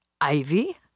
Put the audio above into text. ivy